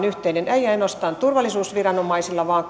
yhteinen tilannekuva ei ainoastaan turvallisuusviranomaisilta vaan